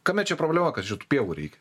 kame čia problema kad čia tų pievų reikia